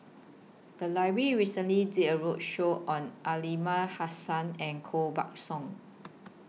The Library recently did A roadshow on Aliman Hassan and Koh Buck Song